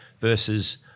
versus